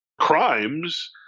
crimes